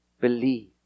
Believe